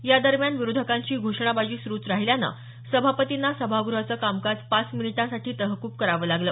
या दरम्यान विरोधकांची घोषणाबाजी सुरूच राहिल्यानं सभापतींना सभागृहाचं कामकाज पाच मिनिटांसाठी तहकूब करावं लागलं